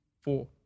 four